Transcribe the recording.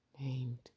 named